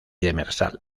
demersal